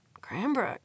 Cranbrook